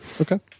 Okay